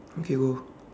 okay go